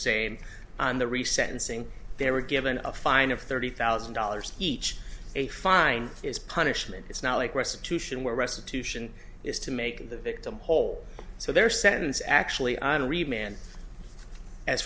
same and the reset and saying they were given a fine of thirty thousand dollars each a fine is punishment it's not like restitution where restitution is to make the victim whole so their sentence actually